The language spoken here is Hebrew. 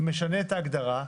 משנה את ההגדרה,